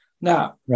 Now